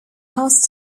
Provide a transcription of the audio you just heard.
house